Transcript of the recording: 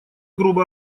грубо